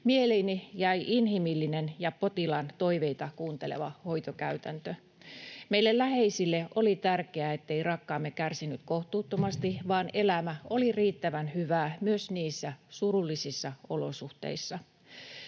Mieleeni jäi inhimillinen ja potilaan toiveita kuunteleva hoitokäytäntö. Meille läheisille oli tärkeää, ettei rakkaamme kärsinyt kohtuuttomasti vaan elämä oli riittävän hyvä myös niissä surullisissa olosuhteissa.